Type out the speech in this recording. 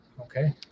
Okay